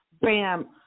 bam